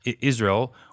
Israel